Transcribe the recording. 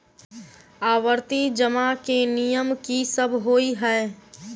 आवर्ती जमा केँ नियम की सब होइ है?